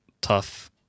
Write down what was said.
tough